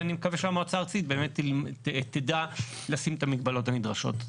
ואני מקווה שהמועצה הארצית באמת תדע לשים את המגבלות הנדרשות.